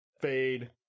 fade